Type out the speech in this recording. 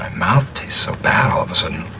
mouth tastes so bad all of a sudden.